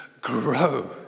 grow